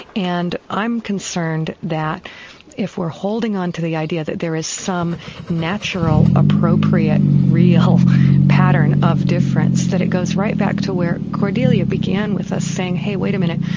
and i'm concerned that if we're holding on to the idea that there is some natural, appropriate, real pattern of difference, that it goes right back to where cordelia began with us saying hey, wait a minute,